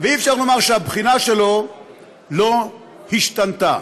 ואי-אפשר לומר שהבחינה שלו לא השתנתה,